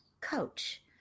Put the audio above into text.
coach